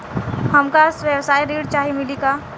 हमका व्यवसाय ऋण चाही मिली का?